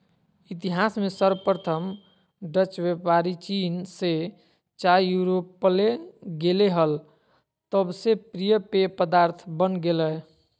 इतिहास में सर्वप्रथम डचव्यापारीचीन से चाययूरोपले गेले हल तब से प्रिय पेय पदार्थ बन गेलय